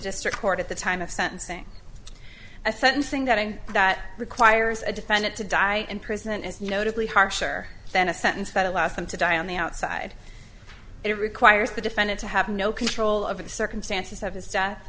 district court at the time of sentencing a sentencing that i that requires a defendant to die in prison is notably harsher than a sentence that allows them to die on the outside it requires the defendant to have no control over the circumstances of his